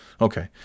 Okay